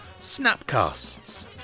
Snapcasts